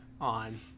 on